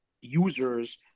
users